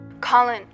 Colin